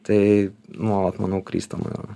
tai nuolat manau klystama yra